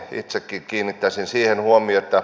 itsekin kiinnittäisin siihen huomiota